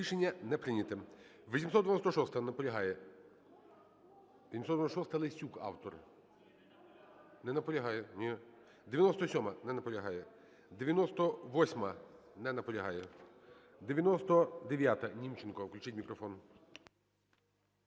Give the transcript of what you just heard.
Рішення не прийнято.